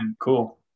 cool